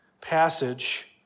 passage